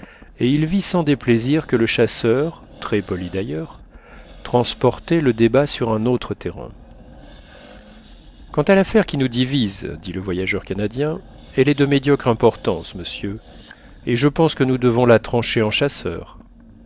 et il vit sans déplaisir que le chasseur très poli d'ailleurs transportait le débat sur un autre terrain quant à l'affaire qui nous divise dit le voyageur canadien elle est de médiocre importance monsieur et je pense que nous devons la trancher en chasseurs